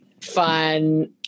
fun